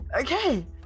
Okay